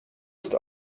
ist